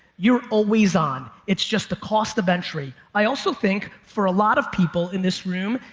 you're always on. it's just the cost of entry. i also think for a lot of people in this room,